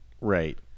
Right